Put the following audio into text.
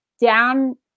down